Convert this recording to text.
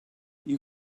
you